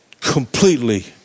completely